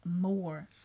more